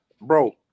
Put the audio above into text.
Bro